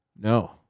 No